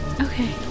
Okay